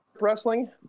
Wrestling